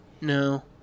No